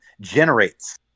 generates